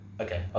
Okay